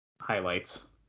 highlights